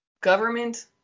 government